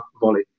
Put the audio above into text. volley